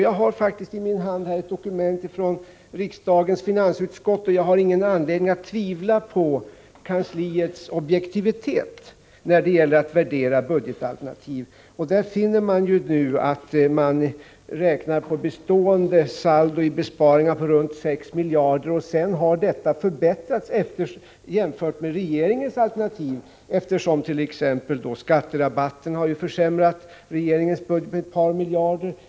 Jag har i min hand ett dokument från riksdagens finansutskott, och jag har inte någon anledning att tvivla på kansliets objektivitet när det gäller att värdera budgetalternativ. Av detta dokument framgår att vårt alternativ, om man räknar på ett bestående saldo i besparingarna på ca 6 miljarder, har förbättrats jämfört med regeringens alternativ, eftersom t.ex. skatterabatten har försämrat regeringens budget med ett par miljarder.